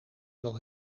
zal